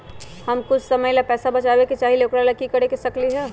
हम कुछ समय ला पैसा बचाबे के चाहईले ओकरा ला की कर सकली ह?